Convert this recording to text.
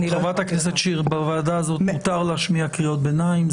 חה"כ שיר, בוועדה הזו מותר להשמיע קריאות ביניים.